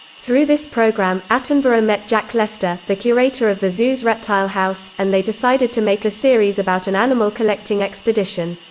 through this programme, attenborough met jack lester, the curator of the zoo's reptile house, and they decided to make a series about an animal-collecting expedition.